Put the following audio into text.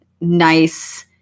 nice